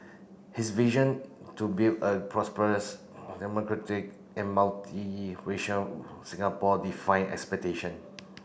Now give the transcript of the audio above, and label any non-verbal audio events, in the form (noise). his vision to build a prosperous (unintelligible) and multiracial Singapore defied expectation